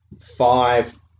five